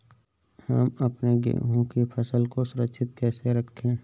हम अपने गेहूँ की फसल को सुरक्षित कैसे रखें?